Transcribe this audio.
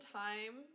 time